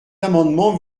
amendement